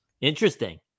interesting